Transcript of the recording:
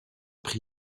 pris